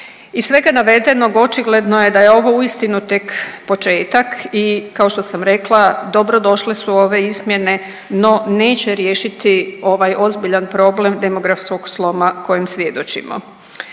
Iz svega navedenog, očigledno je da je ovo uistinu tek početak i kao što sam rekla, dobrodošle su ove izmjene, no neće riješiti ovaj ozbiljan problem demografskog sloma kojem svjedočimo.